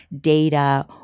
data